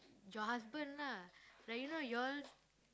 your husband lah like you know you all